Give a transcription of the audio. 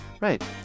Right